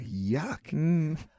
yuck